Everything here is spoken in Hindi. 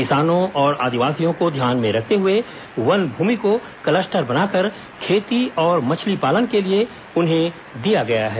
किसानों और आदिवासियों को ध्यान में रखते हुए वन भूमि को कलस्टर बनाकर खेती और मछली पालन के लिए उन्हें दिया गया है